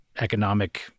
economic –